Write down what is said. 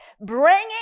Bringing